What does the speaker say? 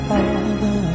Father